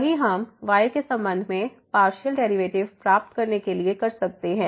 वही हम y के संबंध में पार्शियल डेरिवेटिव प्राप्त करने के लिए कर सकते हैं